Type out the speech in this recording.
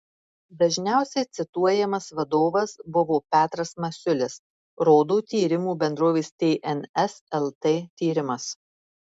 dažniausiai cituojamas vadovas buvo petras masiulis rodo tyrimų bendrovės tns lt tyrimas